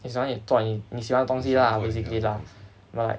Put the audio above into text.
你喜欢你做你你喜欢的东西 lah basically lah right